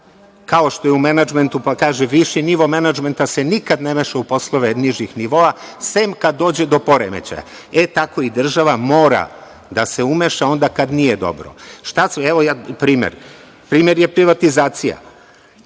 kao što je u menadžmentu, pa kaže – viši nivo menadžmenta se nikada ne meša u poslove nižih nivoa, sem kad dođe do poremećaja. Tako i država mora da se umeša onda kada nije dobro. Evo jedan primer. Primer je privatizacija.